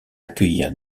accueillir